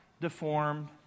deformed